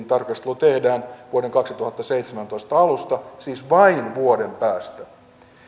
tarkastelu tehdään vuoden kaksituhattaseitsemäntoista alusta siis vain vuoden päästä